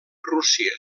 rússia